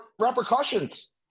repercussions